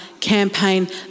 campaign